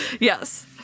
Yes